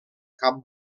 cap